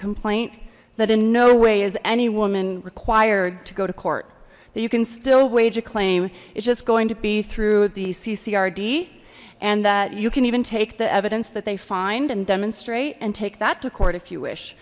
complaint that in no way is any woman required to go to court that you can still wage a claim it's just going to be through the cc rd and that you can even take the evidence that they find and demonstrate and take that to court if you wish